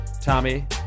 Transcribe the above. Tommy